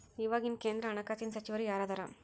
ಇವಾಗಿನ ಕೇಂದ್ರ ಹಣಕಾಸಿನ ಸಚಿವರು ಯಾರದರ